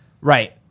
Right